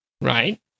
Right